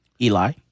Eli